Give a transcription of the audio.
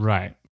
Right